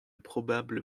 probables